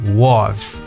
wolves